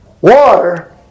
water